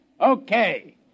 Okay